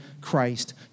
Christ